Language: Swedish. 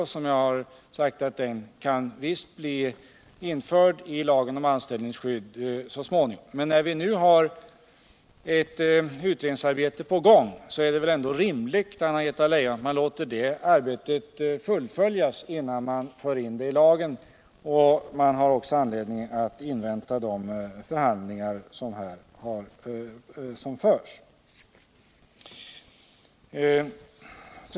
Jag har sagt att den visst så småningom kan bli införd i lagen om anställningsskydd. Men när vi nu har ett utredningsarbete på gång är det väl ändå rimligt, Anna-Greta Leijon. att vi låter det arbetet slutföras innan vi för in denna definition i lagen. Vi har också anledning att invinta de förhandlingar som förs.